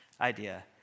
idea